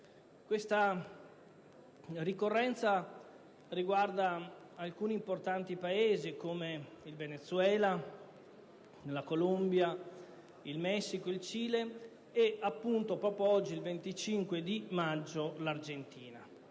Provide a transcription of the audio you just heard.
Questa ricorrenza riguarda Paesi come il Venezuela, la Colombia, il Messico, il Cile e, proprio oggi, il 25 maggio, l'Argentina.